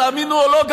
תאמינו או לא,